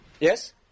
Yes